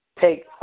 take